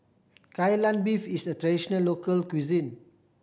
Kai Lan Beef is a traditional local cuisine